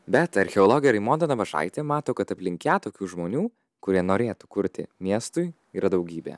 bet archeologė raimonda nabažaitė mato kad aplink ją tokių žmonių kurie norėtų kurti miestui yra daugybė